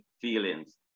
feelings